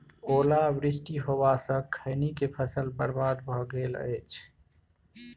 ओला वृष्टी होबा स खैनी के फसल बर्बाद भ गेल अछि?